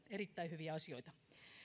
erittäin hyviä asioita